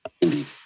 indeed